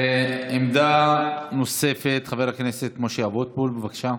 עמדה נוספת, חבר הכנסת משה אבוטבול, בבקשה,